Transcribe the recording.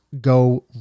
go